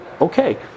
Okay